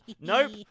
Nope